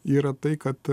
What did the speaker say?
yra tai kad